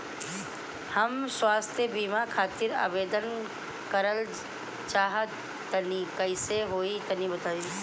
हम स्वास्थ बीमा खातिर आवेदन करल चाह तानि कइसे होई तनि बताईं?